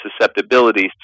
susceptibilities